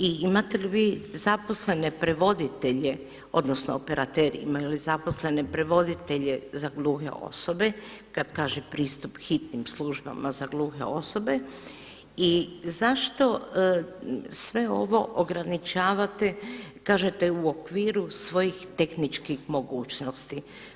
I imate li vi zaposlene prevoditelje odnosno operateri, imaju li zaposlene prevoditelje za gluhe osobe kada kaže pristup hitnim službama za gluhe osobe i zašto sve ovo ograničavate, kažete u okviru svojih tehničkih mogućnosti?